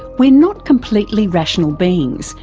we're not completely rational beings,